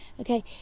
okay